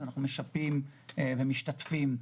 שבמקרים האלה אנחנו משפים את הרשויות המקומיות או משתתפים איתן.